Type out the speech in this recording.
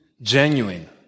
Genuine